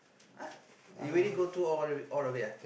uh you already go through all of it ah